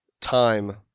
time